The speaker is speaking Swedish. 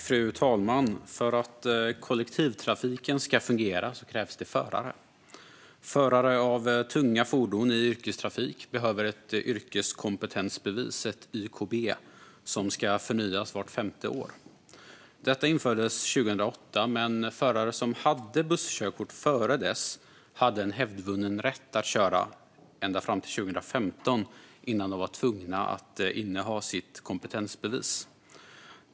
Fru talman! För att kollektivtrafiken ska fungera krävs förare. Förare av tunga fordon i yrkestrafik behöver ett yrkeskompetensbevis, ett YKB, som ska förnyas vart femte år. Detta infördes 2008. Förare som hade busskörkort innan dess hade dock en hävdvunnen rätt att köra ända fram till 2015 innan de var tvungna att inneha kompetensbevis.